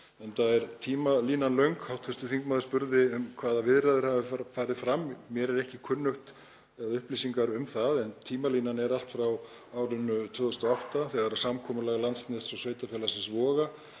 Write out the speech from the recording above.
enda er tímalínan löng. Hv. þingmaður spurði hvaða viðræður hafi farið fram. Mér er ekki kunnugt um upplýsingar um það en tímalínan er allt frá árinu 2008 þegar samkomulag Landsnets og sveitarfélagsins Voga